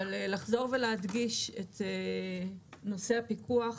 אבל לחזור ולהדגיש את נושא הפיקוח.